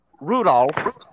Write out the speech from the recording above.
Rudolph